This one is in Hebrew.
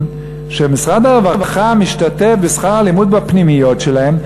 שמשרד הרווחה משתתף בשכר הלימוד בפנימיות שלהם,